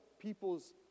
people's